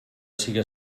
siga